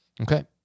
Okay